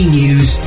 news